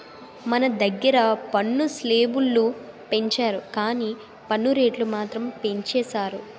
మన దగ్గిర పన్ను స్లేబులు పెంచరు గానీ పన్ను రేట్లు మాత్రం పెంచేసారు